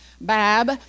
Bab